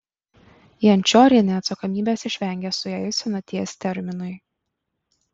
jančiorienė atsakomybės išvengė suėjus senaties terminui